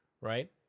right